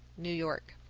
new york.